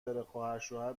داره، خواهرشوهر